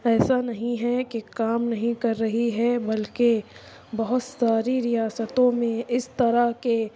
ایسا نہیں ہے کہ کام نہیں کر رہی ہے بلکہ بہت ساری ریاستوں میں اس طرح کے